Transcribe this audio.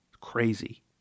Crazy